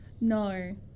No